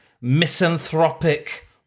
misanthropic